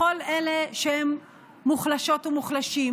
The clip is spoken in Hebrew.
לכל אלה שהם מוחלשות ומוחלשים,